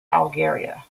algeria